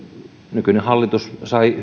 nykyinen hallitus sai